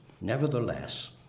nevertheless